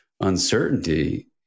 uncertainty